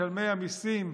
על חשבון משלמי המיסים,